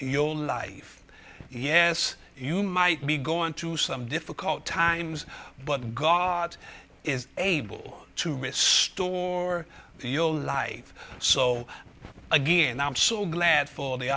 your life yes you might be going through some difficult times but god is able to restore your life so again i'm so glad for the